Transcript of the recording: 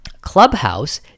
Clubhouse